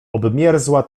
obmierzła